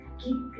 keep